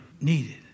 needed